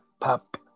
pop